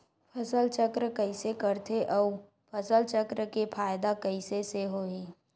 फसल चक्र कइसे करथे उ फसल चक्र के फ़ायदा कइसे से होही?